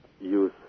use